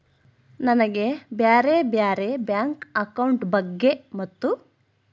ನನಗೆ ಬ್ಯಾರೆ ಬ್ಯಾರೆ ಬ್ಯಾಂಕ್ ಅಕೌಂಟ್ ಬಗ್ಗೆ ಮತ್ತು?